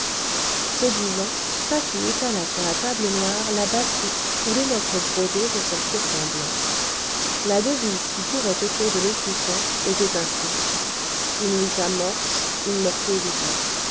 ce disant patou étala sur la table noire la batiste où les lettres brodées ressortirent en blanc la devise qui courait autour de l'écusson était ainsi in vita